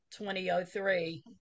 2003